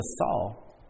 Saul